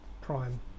prime